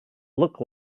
look